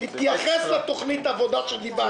תתייחס לתוכנית העבודה שעליה דיברת.